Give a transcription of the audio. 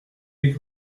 des